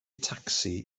tacsi